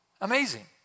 Amazing